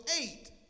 eight